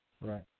Right